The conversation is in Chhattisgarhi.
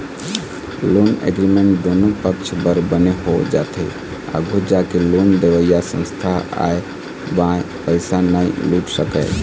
लोन एग्रीमेंट दुनो पक्छ बर बने हो जाथे आघू जाके लोन देवइया संस्था ह आंय बांय पइसा नइ लूट सकय